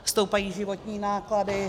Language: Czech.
Stoupají životní náklady.